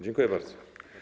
Dziękuję bardzo.